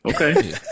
Okay